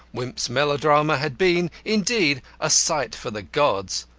wimp's melodrama had been, indeed, a sight for the gods.